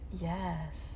yes